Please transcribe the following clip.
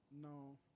No